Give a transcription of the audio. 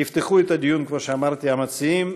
יפתחו את הדיון, כמו שאמרתי, המציעים.